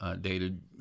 dated